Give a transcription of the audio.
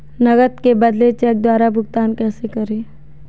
नकद के बदले चेक द्वारा भुगतान कैसे करें?